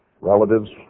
relatives